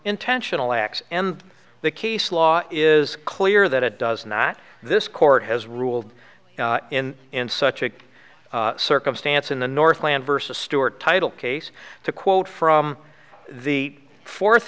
intentional acts and the case law is clear that it does not this court has ruled in in such a circumstance in the northland versus stewart title case to quote from the fourth